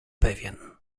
pewien